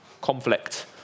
conflict